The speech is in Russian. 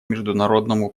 международному